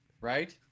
Right